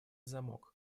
замок